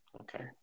okay